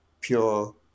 pure